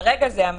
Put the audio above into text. כרגע זה המצב.